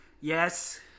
Yes